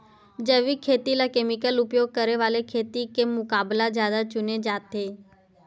जैविक खेती ला केमिकल उपयोग करे वाले खेती के मुकाबला ज्यादा चुने जाते